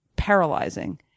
paralyzing